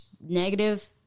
negative